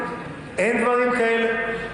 אין דברים כאלה.